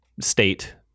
state